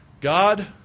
God